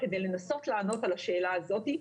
כדי לנסות לענות על השאלה הזאת.